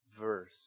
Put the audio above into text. verse